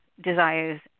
desires